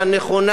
שכולם